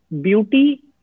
beauty